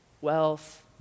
wealth